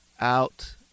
out